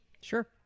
Sure